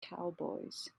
cowboys